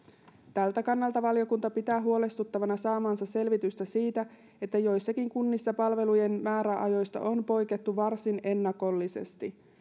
tältä kannalta valiokunta pitää huolestuttavana saamaansa selvitystä siitä että joissakin kunnissa palvelujen määräajoista on poikettu varsin ennakollisesti